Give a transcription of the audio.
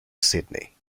sydney